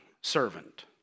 servant